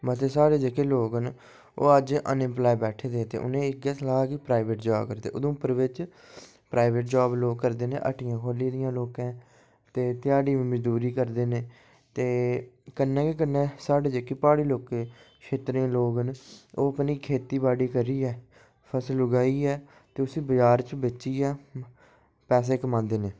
मते सारे जेह्ड़े लोक न ओह् अज्ज अनएम्लॉय बैठे दे ते उनेंगी इ'यै सलाह कि प्राईवेट जॉब करदे उधमपुर बिच्च प्राईवेट जॉब लोक करदे न हट्टियां खोली दियां लोकें ते ध्याड़ी मजदूरी करदे न ते कन्नै गै कन्नै साढ़े जेह्के प्हाड़ी लोक न ओह् अपनी खेती बाड़ी करियै फसल उगाइयै ते उसी बजार च बेचियै पैसे कमांदे न